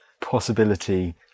possibility